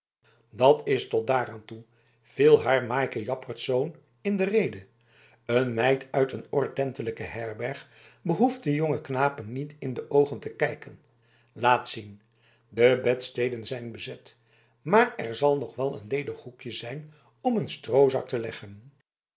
dat is tot daar aan toe viel haar maaike jaspersz in de rede een meid uit een ordentelijke herberg behoeft de jonge knapen niet in de oogen te kijken laat zien de bedsteden zijn bezet maar er zal nog wel een ledig hoekje zijn om een stroozak te leggen